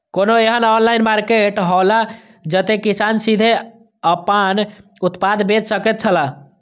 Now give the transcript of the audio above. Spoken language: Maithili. कोनो एहन ऑनलाइन मार्केट हौला जते किसान सीधे आपन उत्पाद बेच सकेत छला?